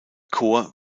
chor